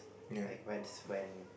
like when when